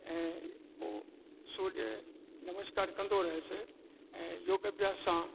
ऐं उहो सूर्य नमस्कार कंदो रहियस ऐं योग अभ्यास सां